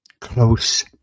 Close